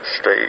state